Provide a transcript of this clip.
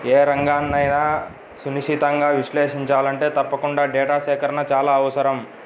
ఏ రంగన్నైనా సునిశితంగా విశ్లేషించాలంటే తప్పకుండా డేటా సేకరణ చాలా అవసరం